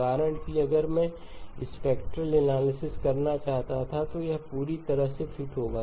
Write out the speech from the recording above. उदाहरण के लिए अगर मैं स्पेक्ट्रेल एनालिसिस करना चाहता था तो यह पूरी तरह से फिट होगा